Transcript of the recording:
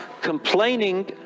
complaining